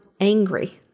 angry